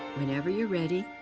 whenever you're ready.